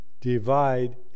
divide